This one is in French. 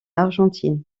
argentine